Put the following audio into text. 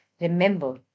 remember